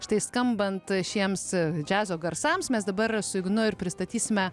štai skambant šiems džiazo garsams mes dabar su ignu ir pristatysime